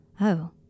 Oh